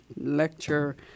lecture